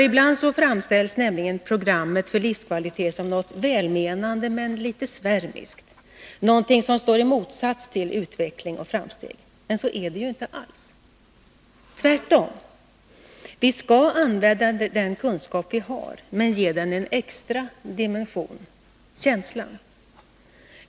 Ibland framställs nämligen programmet för livskvalitet som något välmenande men litet svärmiskt, något som står i motsats till utveckling och framsteg. Så är det inte alls. Tvärtom. Vi skall använda den kunskap vi har men ge den en extra dimension — känslan.